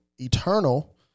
eternal